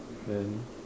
and